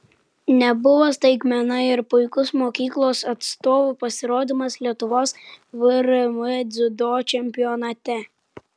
nebuvo staigmena ir puikus mokyklos atstovų pasirodymas lietuvos vrm dziudo čempionate